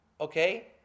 Okay